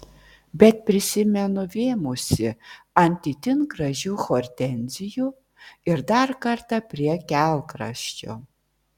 bet prisimenu vėmusi ant itin gražių hortenzijų ir dar kartą prie kelkraščio